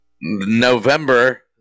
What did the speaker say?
November